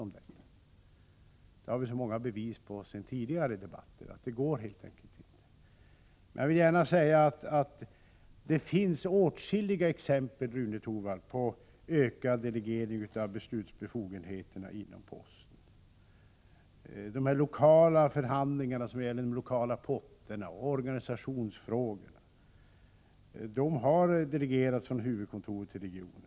Vi har många bevis från tidigare debatter på att det helt enkelt inte går. Jag vill emellertid gärna säga att det finns åtskilliga exempel, Rune Torwald, på ökad delegering av beslutsbefogenheter inom postverket. Lokala förhandlingar, lokala potter och organisationsfrågor har delegerats från huvudkontoret till regionerna.